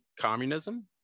communism